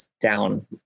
down